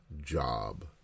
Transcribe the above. job